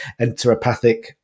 enteropathic